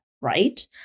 right